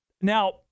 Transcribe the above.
Now